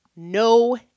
No